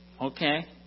Okay